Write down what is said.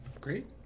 great